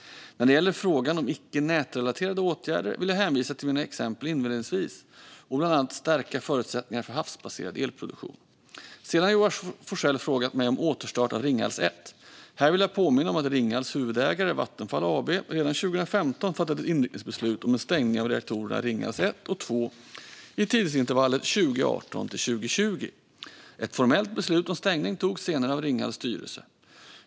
När det gäller frågan om icke nätrelaterade åtgärder vill jag hänvisa till mina exempel inledningsvis om att bland annat stärka förutsättningar för havsbaserad elproduktion. Sedan har Joar Forssell frågat om återstart av Ringhals 1. Här vill jag påminna om att Ringhals huvudägare Vattenfall AB redan 2015 fattade ett inriktningsbeslut om en stängning av reaktorerna Ringhals 1 och 2 i tidsintervallet 2018-2020. Ett formellt beslut om stängning togs senare av Ringhals styrelse.